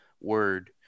word